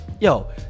yo